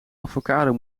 avocado